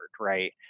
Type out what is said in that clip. right